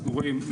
אנחנו רואים,